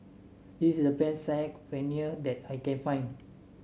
is the best Saag Paneer that I can find